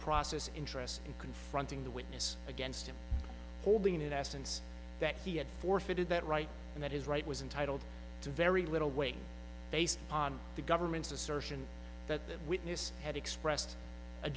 process interest in confronting the witness against him holding in essence that he had forfeited that right and that his right was intitled to very little weight based on the government's assertion that the witness had expressed a